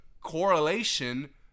correlation